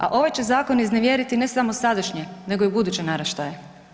A ovaj će zakon iznevjeriti ne samo sadašnje nego i buduće naraštaje.